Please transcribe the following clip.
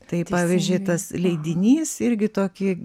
tai pavyzdžiui tas leidinys irgi tokį